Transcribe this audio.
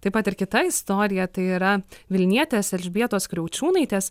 taip pat ir kita istorija tai yra vilnietės elžbietos kriaučiūnaitės